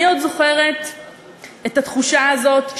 אני עוד זוכרת את התחושה הזאת,